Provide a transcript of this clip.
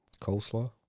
Coleslaw